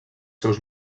seus